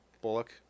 bullock